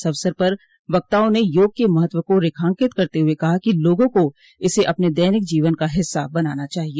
इस अवसर पर वक्ताओं ने योग के महत्व को रेखांकित करते हुए कहा कि लोगों को इसे अपने दैनिक जीवन का हिस्सा बनाना चाहिए